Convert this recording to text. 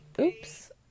oops